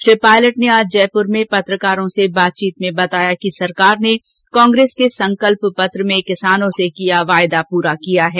श्री पायलट ने आज जयपुर में पत्रकारों से बातचीत करते हए बताया कि सरकार ने कांग्रेस संकल्प पत्र में किसानों से किया वादा पूरा किया है